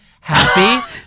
happy